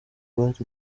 bari